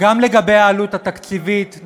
גם לגבי העלות התקציבית,